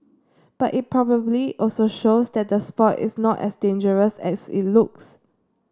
but it probably also shows that the sport is not as dangerous as it looks